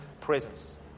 presence